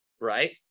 right